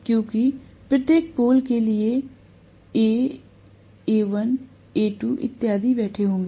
क्योंकि प्रत्येक पोल के लिए A A A A1 A2 इत्यादि बैठे होंगे